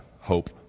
hope